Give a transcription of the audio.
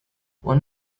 one